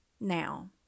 Now